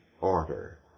order